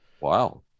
Wow